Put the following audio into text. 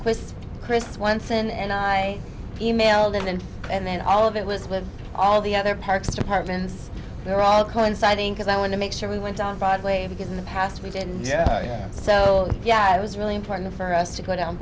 with chris once and i emailed him and and then all of it was with all the other parks departments they're all coinciding because i want to make sure we went on broadway because in the past we did yeah yeah so yeah it was really important for us to go down